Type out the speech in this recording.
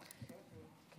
גברתי היושבת-ראש,